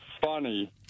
funny